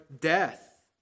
death